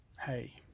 Hey